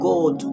God